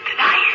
Tonight